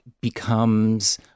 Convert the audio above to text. becomes